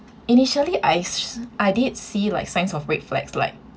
initially I s~ I did see like signs of red flags like